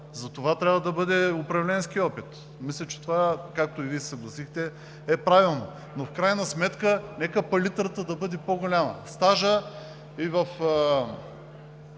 Затова трябва да бъде управленският опит. Мисля, че това, както и Вие се съгласихте, е правилно. В крайна сметка нека палитрата да бъде по-голяма. Стажът и в